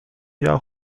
jahr